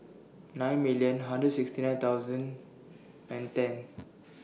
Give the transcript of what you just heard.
nine million hundred sixty nine thousand and ten